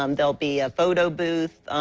um they will be a photo booft.